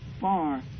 far